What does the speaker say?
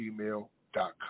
gmail.com